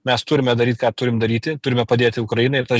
mes turime daryt ką turim daryti turime padėti ukrainai